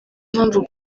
mpamvu